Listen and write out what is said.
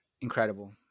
incredible